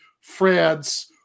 France